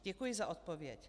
Děkuji za odpověď.